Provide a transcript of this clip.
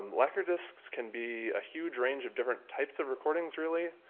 um lacquer discs can be a huge range of different types of recording's, really.